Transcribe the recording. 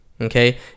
okay